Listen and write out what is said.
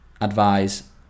advise